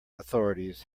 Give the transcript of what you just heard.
authorities